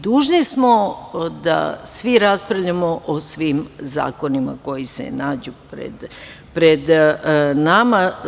Dužni smo da raspravljamo o svim zakonima koji se nađu pred nama.